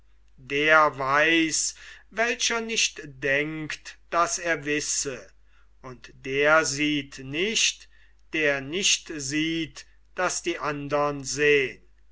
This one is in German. der weiß welcher nicht denkt daß er wisse und der sieht nicht der nicht sieht daß die andern sehn